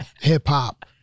hip-hop